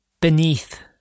beneath